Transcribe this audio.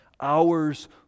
hours